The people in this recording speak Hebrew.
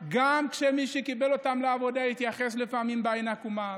גם כשמי שקיבל אותם לעבודה התייחס לפעמים בעין עקומה,